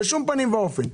בשום פנים ואופן.